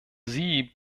sie